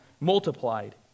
multiplied